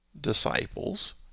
disciples